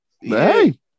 hey